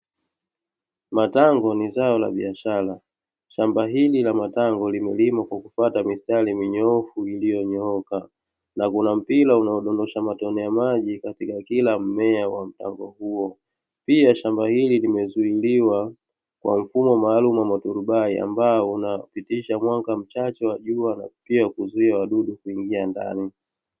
Matango ni zao la biashara, shamba hili la matango limelimwa kwa kufuata mistari minyoofu iliyonyooka. Na kuna mpira unaozungusha matone ya maji katika kila mimea wa mtango huo. Pia shamba hili limezuiliwa kwa mfumo maalumu wa maturubai ambao unapitisha mwanga mchache wa jua, pia huzuia wadudu kuingia ndani.